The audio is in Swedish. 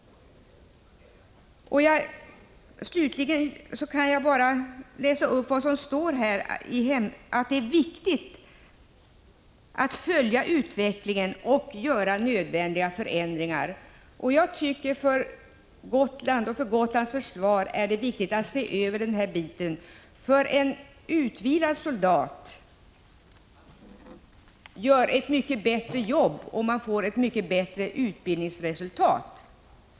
Slutligen kan jag bara nämna att det i betänkandet står att det är viktigt att ”följa utvecklingen och göra nödvändiga förändringar”. För Gotland och dess försvar är det viktigt att man ser över dessa resor, därför att en utvilad soldat gör ett mycket bättre jobb och utbildningsresultaten blir mycket bättre.